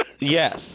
Yes